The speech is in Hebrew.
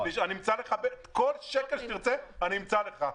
כל שקל שתרצה, אמצא לך.